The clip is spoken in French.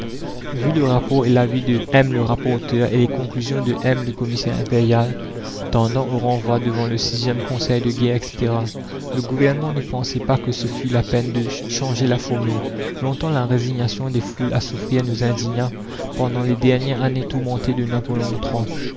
vu le rapport et l'avis de m le rapporteur et les conclusions de m le commissaire impérial tendant au renvoi devant le conseil de guerre etc le gouvernement ne pensait pas que ce fût la peine de changer la formule longtemps la résignation des foules à souffrir nous indigna pendant les dernières années tourmentées de